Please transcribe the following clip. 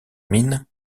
mine